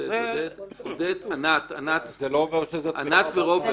ענת ורוברט.